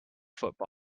football